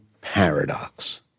paradox